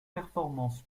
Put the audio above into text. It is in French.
performances